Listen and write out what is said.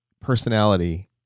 personality